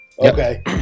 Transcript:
Okay